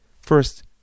First